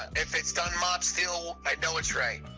if it's done mobsteel, i know it's right.